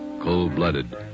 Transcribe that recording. cold-blooded